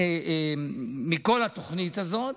מכל התוכנית הזאת.